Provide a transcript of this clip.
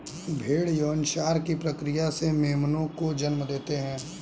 भ़ेड़ यौनाचार की प्रक्रिया से मेमनों को जन्म देते हैं